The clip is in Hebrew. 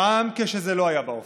גם כשזה לא היה באופנה: